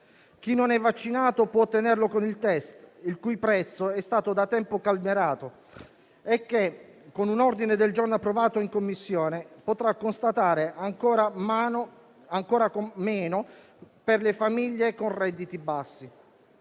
Chi non è vaccinato può ottenerlo con il test, il cui prezzo è stato da tempo calmierato e che, con un ordine del giorno approvato in Commissione, potrà costare ancora meno per le famiglie con redditi bassi.